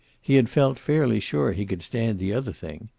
he had felt fairly sure he could stand the other thing.